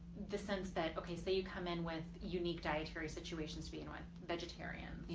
the sense that okay say you come in with unique dietary situations being with vegetarians,